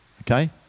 Okay